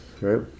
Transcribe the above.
Right